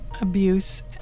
abuse